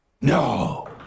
No